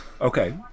Okay